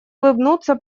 улыбнуться